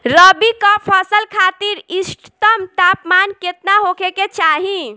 रबी क फसल खातिर इष्टतम तापमान केतना होखे के चाही?